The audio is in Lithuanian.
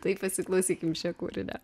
tai paklausykim šio kūrinio